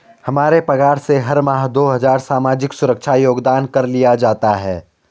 हमारे पगार से हर माह दो हजार सामाजिक सुरक्षा योगदान कर लिया जाता है